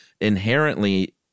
inherently